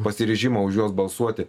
pasiryžimą už juos balsuoti